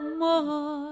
more